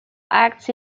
acts